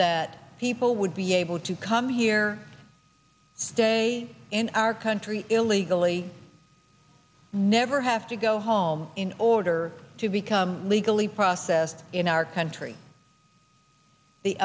that people would be a able to come here stay in our country illegally never have to go home in order to become legally processed in our country the